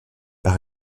par